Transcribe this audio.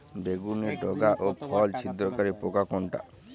বেগুনের ডগা ও ফল ছিদ্রকারী পোকা কোনটা?